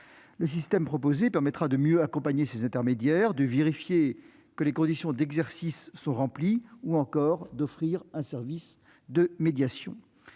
Le système proposé permettra de mieux accompagner ces intermédiaires, de vérifier que les conditions d'exercice sont remplies, ou encore d'offrir un service de médiation.